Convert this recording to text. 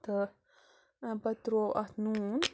تہٕ اَمۍ پَتہٕ تروو اَتھ نوٗن